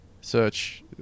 search